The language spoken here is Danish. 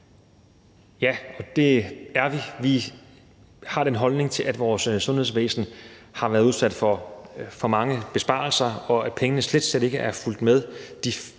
Ja, det er vi. Vi har den holdning, at vores sundhedsvæsen har været udsat for for mange besparelser, og at pengene slet, slet ikke er fulgt med